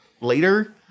later